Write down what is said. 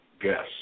guests